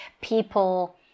people